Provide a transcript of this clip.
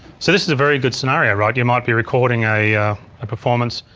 so this is a very good scenario right. you might be recording a a performance.